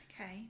Okay